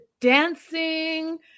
dancing